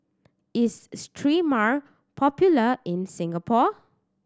is Sterimar popular in Singapore